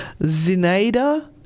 Zineda